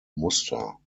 muster